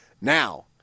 Now